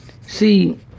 See